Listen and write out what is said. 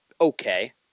okay